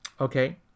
okay